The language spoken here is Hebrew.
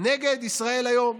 נגד ישראל היום.